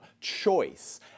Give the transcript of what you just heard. choice